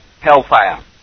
hellfire